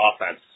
offense